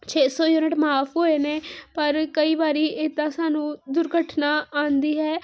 ਛੇ ਸੌ ਯੂਨਿਟ ਮਾਫ਼ ਹੋਏ ਨੇ ਪਰ ਕਈ ਵਾਰ ਇੱਦਾਂ ਸਾਨੂੰ ਦੁਰਘਟਨਾ ਆਉਂਦੀ ਹੈ